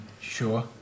Sure